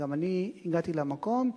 וגם אני הגעתי למקום,